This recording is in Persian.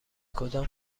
کدام